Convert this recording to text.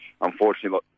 unfortunately